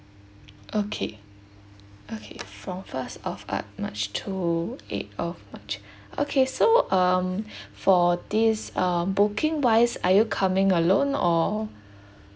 okay okay from first of uh march to eighth of march okay so um for this um booking wise are you coming alone or